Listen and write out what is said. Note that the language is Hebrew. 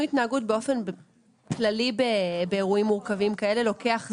התנהגות באופן כללי באירועים מורכבים כאלה לוקח זמן.